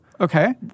Okay